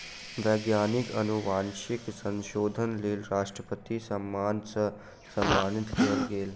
वैज्ञानिक अनुवांशिक संशोधनक लेल राष्ट्रपति सम्मान सॅ सम्मानित कयल गेल